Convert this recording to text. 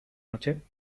noche